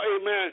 amen